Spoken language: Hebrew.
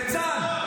ליצן.